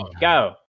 Go